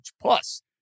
Plus